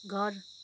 घर